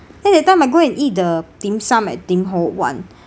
then that time I go and eat the dim sum at tim ho wan